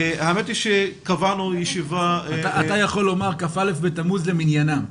אתה יכול לומר כ"א בתמוז למניינם.